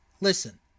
Listen